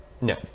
No